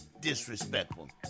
Disrespectful